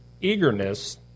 eagerness